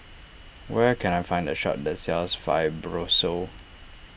where can I find a shop that sells Fibrosol